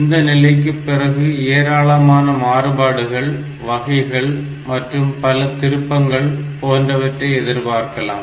இந்த நிலைக்கு பிறகு ஏராளமான மாறுபாடுகள் வகைகள் மற்றும் பல திருப்பங்கள் போன்றவற்றை எதிர்பார்க்கலாம்